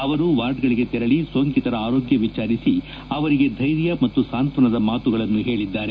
ಅವರು ವಾರ್ಡ್ಗಳಿಗೆ ತೆರಳಿ ಸೋಂಕಿತರ ಆರೋಗ್ಯ ವಿಚಾರಿಸಿ ಅವರಿಗೆ ಧೈರ್ಯ ಮತ್ತು ಸಾಂತ್ವನದ ಮಾತುಗಳನ್ನು ಹೇಳದ್ದಾರೆ